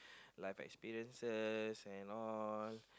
like my experiences and all